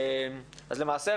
למעשה,